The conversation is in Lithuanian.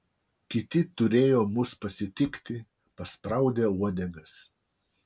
kiti turėjo mus pasitikti paspraudę uodegas